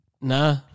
nah